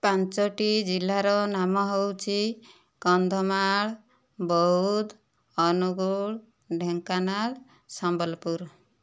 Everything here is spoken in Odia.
ପାଞ୍ଚୋଟି ଜିଲ୍ଲାର ନାମ ହେଉଛି କନ୍ଧମାଳ ବୌଦ୍ଧ ଅନୁଗୁଳ ଢେଙ୍କାନାଳ ସମ୍ବଲପୁର